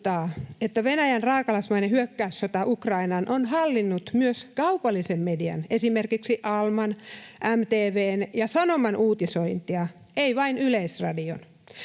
että Venäjän raakalaismainen hyökkäyssota Ukrainaan on hallinnut myös kaupallisen median, esimerkiksi Alman, MTV:n ja Sanoman, uutisointia, ei vain Yleisradion.